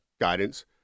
guidance